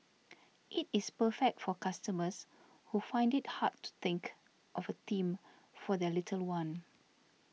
it is perfect for customers who find it hard to think of a theme for their little one